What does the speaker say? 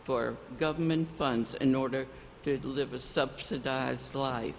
for government funds in order to live a subsidized li